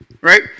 right